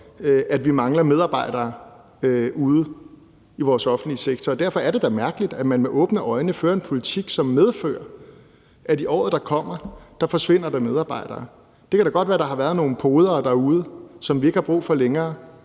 at vi mangler medarbejdere ude i vores offentlige sektor. Derfor er det da mærkeligt, at man med åbne øjne fører en politik, som medfører, at i året, der kommer, forsvinder der medarbejdere. Det kan da godt være, at der været nogle podere derude, som vi ikke har brug for længere,